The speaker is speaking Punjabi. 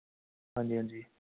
ਹਾਂਜੀ ਹਾਂਜੀ